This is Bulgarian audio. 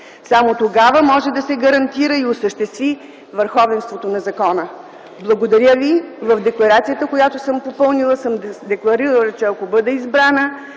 само тогава може да се гарантира и осъществи върховенството на закона. Благодаря ви. В декларацията, която съм попълнила, съм декларирала, че ако бъда избрана,